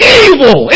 evil